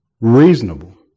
reasonable